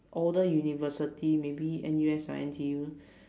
older university maybe N_U_S or N_T_U